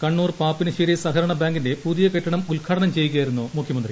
കണ്ണൂർ പാപ്പിനിശ്ശേരി സഹകരണ ബാങ്കിന്റെ പുതിയ കെട്ടിടം ഉദ്ഘാടനം ചെയ്യുകയായിരുന്നു മുഖ്യമന്ത്രി